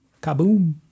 Kaboom